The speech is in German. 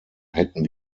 hätten